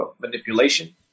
manipulation